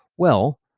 well,